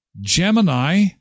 Gemini